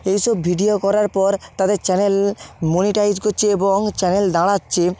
এইসব ভিডিও করার পর তাদের চ্যানেল মনিটাইজ করছে এবং চ্যানেল দাঁড়াচ্ছে